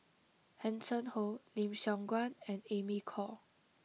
Hanson Ho Lim Siong Guan and Amy Khor